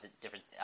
different